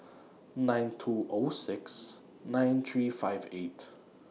nine two O six nine three five eight